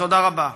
תודה רבה.